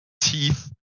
teeth